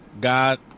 god